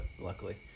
luckily